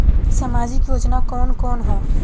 सामाजिक योजना कवन कवन ह?